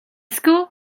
school